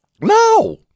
no